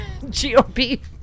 GOP